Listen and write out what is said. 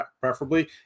preferably